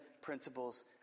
principles